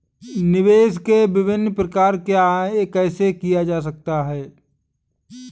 निवेश के विभिन्न प्रकार क्या हैं यह कैसे किया जा सकता है?